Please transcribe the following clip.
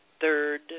third